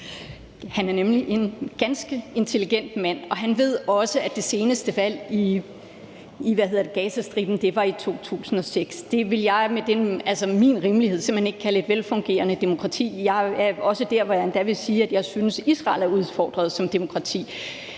Han er nemlig en ganske intelligent mand, og han ved også, at det seneste valg i Gazastriben var i 2006. Det vil jeg med min rimelighed simpelt hen ikke kalde et velfungerende demokrati. Jeg er også der, hvor jeg endda vil sige, at jeg synes, Israel er udfordret som demokrati.